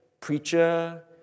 preacher